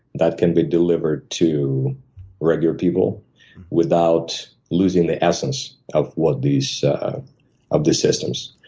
that can be delivered to regular people without losing the essence of what these of these systems.